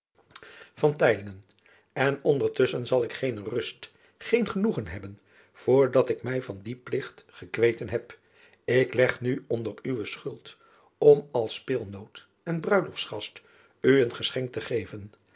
n ondertusschen zal ik geene rust geen genoegen hebben voor dat ik mij van dien pligt gekweten heb k leg nu onder uwe schuld om als peelnoot en ruiloftsgast u een gegeschenk te geven